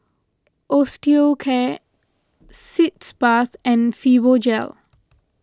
Osteocare Sitz Bath and Fibogel